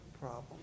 problem